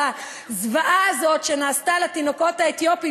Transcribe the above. הזוועה הזאת שנעשתה לתינוקות האתיופים,